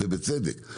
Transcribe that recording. ובצדק,